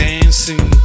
Dancing